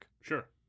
Sure